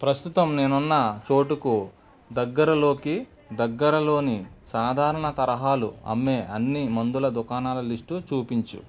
ప్రస్తుతం నేనున్న చోటుకు దగ్గరలోకి దగ్గరలోని సాధారణ తరహాలు అమ్మే అన్ని మందుల దుకాణాల లిస్టు చూపించు